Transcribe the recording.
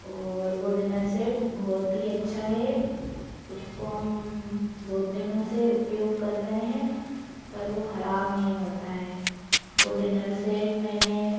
और वह dinner set बहुत ही अच्छा है उसको हम बहुत दिनों से उपयोग कर रहे हैं पर वह ख़राब नहीं होता है वह डिनर सेट मैंने